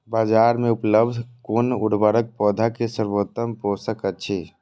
बाजार में उपलब्ध कुन उर्वरक पौधा के सर्वोत्तम पोषक अछि?